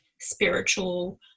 spiritual